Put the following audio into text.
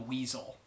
Weasel